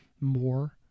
more